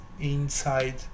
inside